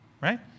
right